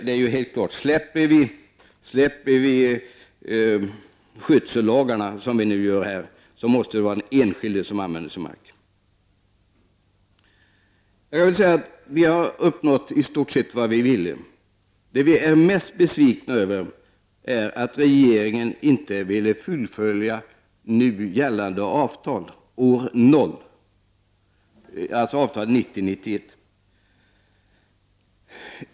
Det är helt klart att om vi släpper skyddslagarna, är det den enskilde som skall få bruka sin mark. Vi moderater har i stort sett uppnått det vi vill ha. Det vi är mest besvikna över är att regeringen inte vill fullfölja nu gällande avtal år 0, dvs. avtalet 1990/91.